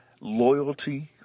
loyalty